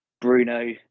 Bruno